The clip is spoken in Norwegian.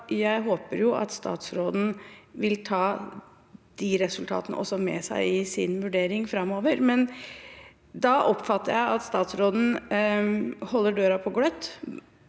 Jeg håper at statsråden vil ta de resultatene med seg i sin vurdering framover også. Jeg oppfatter at statsråden holder døren på gløtt,